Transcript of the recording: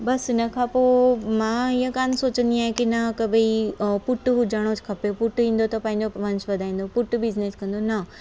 बसि हिन खां पोइ मां ईंअ कोन्ह सोचंदी आहियां की न भाई पुटु हुजणो च खपे पुटु ईंदो त पंहिंजो वंश वधाईंदो पुटु बिजनेस कंदो न